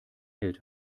hält